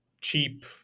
cheap